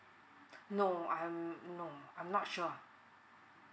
no I'm no I'm not sure